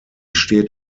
steht